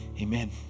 Amen